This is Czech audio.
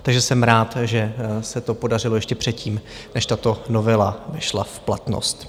Takže jsem rád, že se to podařilo ještě předtím, než tato novela šla v platnost.